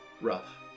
rough